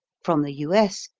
from the u s.